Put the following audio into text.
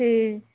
ठीक